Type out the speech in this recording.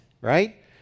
right